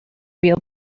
real